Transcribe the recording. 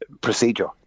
procedure